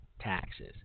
taxes